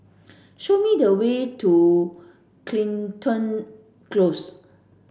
show me the way to Crichton Close